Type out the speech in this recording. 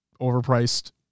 overpriced